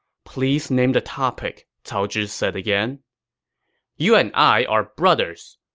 please name the topic, cao zhi said again you and i are brothers,